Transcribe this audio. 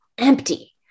empty